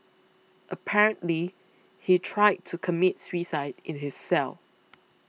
apparently he tried to commit suicide in his cell